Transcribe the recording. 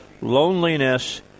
loneliness